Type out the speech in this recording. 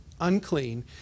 unclean